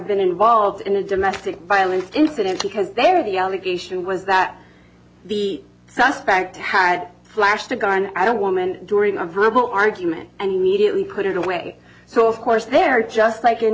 been involved in a domestic violence incident because they were the allegation was that the suspect had flashed a gun i don't women during a verbal argument and immediately put it away so of course they're just like